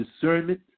discernment